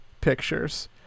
pictures